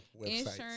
insurance